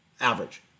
Average